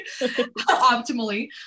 optimally